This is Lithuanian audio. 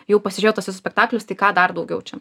jau pasižiūrėjau tuos visus spektaklius tai ką dar daugiau čia